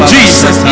Jesus